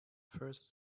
first